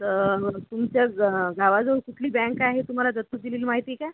तर तुमच्या गावाजवळ कुठली बँक आहे तुम्हाला दत्तक दिलेली माहिती आहे का